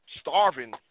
starving